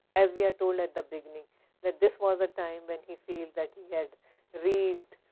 as we are told at the beginning that this was the time when he feels that he had reused,